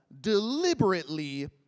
deliberately